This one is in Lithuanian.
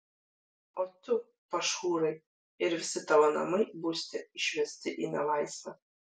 o tu pašhūrai ir visi tavo namai būsite išvesti į nelaisvę